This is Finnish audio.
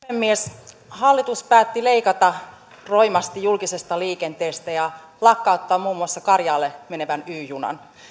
puhemies hallitus päätti leikata roimasti julkisesta liikenteestä ja lakkauttaa muun muassa karjaalle menevän y junan